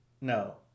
No